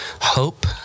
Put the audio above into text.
Hope